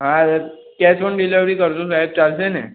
હા cash on delivery કરીશું સાહેબ ચાલશે ને